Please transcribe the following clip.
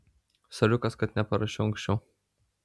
soriukas kad neparašiau anksčiau